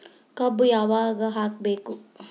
ಕಬ್ಬು ಯಾವಾಗ ಹಾಕಬೇಕು?